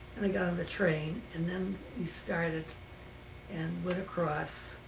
and i got on the train and then we started and went across.